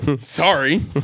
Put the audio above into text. sorry